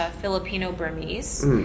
Filipino-Burmese